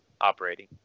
operating